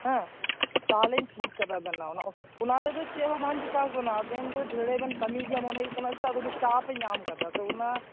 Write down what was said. ᱦᱮᱸ ᱛᱟᱦᱚᱞᱮᱧ ᱴᱷᱤᱠ ᱠᱟᱛᱟᱵᱮᱱᱟ ᱚᱱᱟ ᱨᱮᱫᱚ ᱪᱮᱫ ᱦᱚᱸ ᱵᱟᱱ ᱪᱮᱠᱟᱣ ᱠᱟᱱᱟ ᱟᱵᱮᱱᱫᱚ ᱡᱷᱟᱮᱲᱮ ᱵᱮᱱ ᱠᱟᱹᱢᱤᱜᱮᱭᱟ ᱢᱚᱱᱮ ᱦᱩᱭᱩᱜ ᱠᱟᱱᱟ ᱥᱮ ᱟᱵᱮᱫᱚ ᱪᱟᱯ ᱮ ᱧᱟᱢ ᱠᱟᱫᱟ ᱛᱚ ᱚᱱᱟ